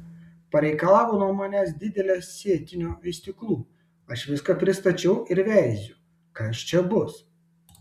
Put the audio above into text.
pareikalavo nuo manęs didelio sėtinio vystyklų aš viską pristačiau ir veiziu kas čia bus